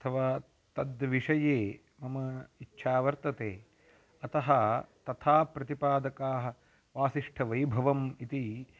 अथवा तद्विषये मम इच्छा वर्तते अतः तथा प्रतिपादकाः वासिष्ठवैभवम् इति